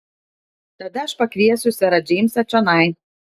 tada aš pakviesiu serą džeimsą čionai